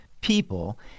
people